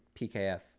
PKF